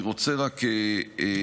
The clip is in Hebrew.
אני רוצה רק לומר,